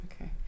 okay